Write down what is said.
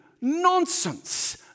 Nonsense